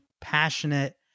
passionate